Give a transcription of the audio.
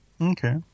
okay